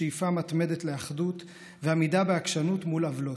שאיפה מתמדת לאחדות ועמידה בעקשנות מול עוולות,